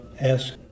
ask